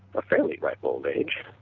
a fairly right old age,